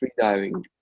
freediving